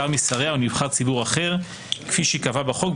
שר משריה או נבחר ציבור אחר כפי שייקבע בחוק,